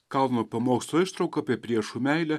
kalno pamokslo ištrauka apie priešų meilę